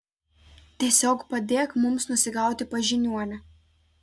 tiesiog padėk mums nusigauti pas žiniuonę